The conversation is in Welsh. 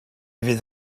fydd